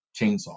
chainsaw